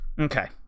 Okay